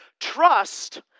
Trust